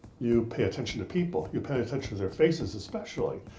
you pay attention to people, you pay attention to their faces, especially.